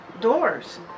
doors